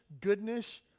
goodness